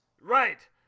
Right